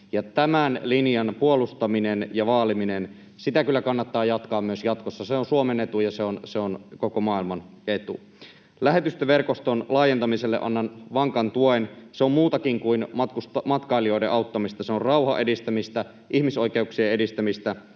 tämän linjan puolustamista ja vaalimista kannattaa kyllä jatkaa myös jatkossa. Se on Suomen etu, ja se on koko maailman etu. Lähetystöverkoston laajentamiselle annan vankan tuen. Se on muutakin kuin matkailijoiden auttamista. Se on rauhan edistämistä, ihmisoikeuksien edistämistä,